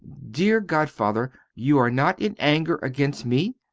dear godfather, you are not in anger against me?